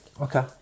Okay